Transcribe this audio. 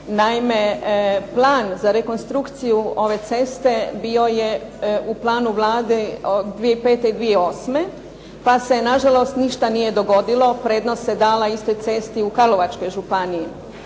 Naime, plan za rekonstrukciju ove ceste bio je u planu Vlade 2005. i 2008. pa se nažalost ništa nije dogodilo. Prednost se dala istoj cesti u karlovačkoj županiji.